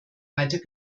weiter